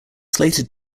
slated